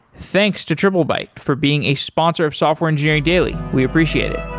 thanks to triplebyte for being a sponsor of software engineering daily. we appreciate it